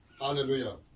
Hallelujah